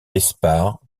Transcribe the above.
d’espard